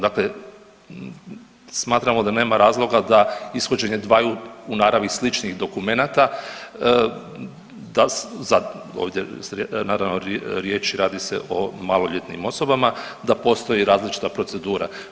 Dakle smatramo da nema razloga da ishođenje dvaju u naravi sličnih dokumenata, da za, ovdje je naravno riječ, radi se o maloljetnim osobama, da postoji različita procedura.